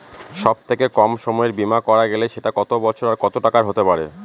সব থেকে কম সময়ের বীমা করা গেলে সেটা কত বছর আর কত টাকার হতে পারে?